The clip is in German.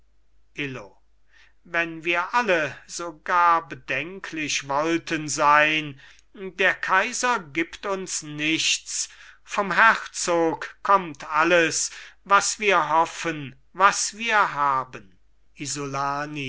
wenn wir alle so gar bedenklich wollten sein der kaiser gibt uns nichts vom herzog kommt alles was wir hoffen was wir haben isolani